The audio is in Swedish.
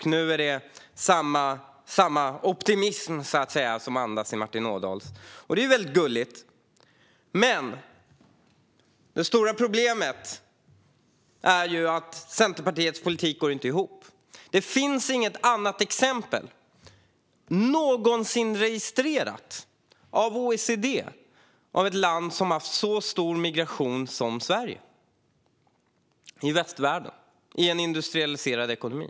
Nu andas Martin Ådahls anförande samma optimism. Det är väldigt gulligt. Men det stora problemet är att Centerpartiets politik inte går ihop. Det finns inget annat exempel någonsin, som registrerats av OECD, på ett land som har haft så stor migration som Sverige - i västvärlden, i en industrialiserad ekonomi.